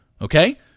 Okay